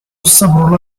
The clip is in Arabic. الصبر